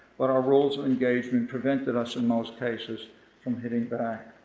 but our rules of engagement prevented us in most cases from hitting back.